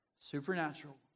Supernatural